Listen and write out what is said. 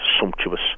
sumptuous